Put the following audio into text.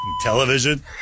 television